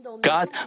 God